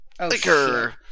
liquor